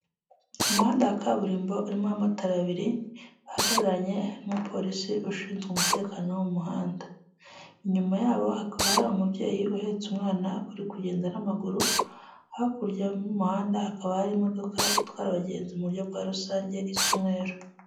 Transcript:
Umuhanda wa kaburimbo, urimo amatara abiri, ahagararanye n'umupolisi ushinzwe umutekano wo mu muhanda. Inyuma yabo hakaba hari umubyeyi uhetse umwana uri kugenda n'amaguru, hakurya y'umuhanda hakaba hari imodoka itwara abagenzi mu buryo bwa rusange isa umweru.